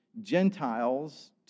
Gentiles